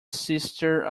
sister